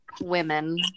women